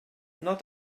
not